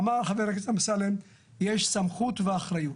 אמר חבר הכנסת אמסלם יש סמכות ואחריות.